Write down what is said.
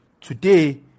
today